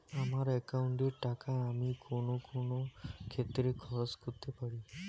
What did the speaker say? আমার একাউন্ট এর টাকা আমি কোন কোন ক্ষেত্রে খরচ করতে পারি?